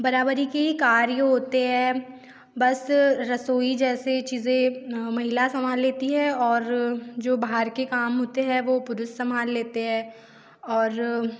बराबरी के ही कार्य होते हैं बस रसोई जैसे चीज़ें महिला संभाल लेती है और जो बाहर के काम होते हैं वह पुरुष संभाल लेते हैं और